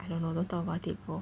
I don't know don't talk about it bro